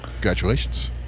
congratulations